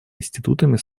институтами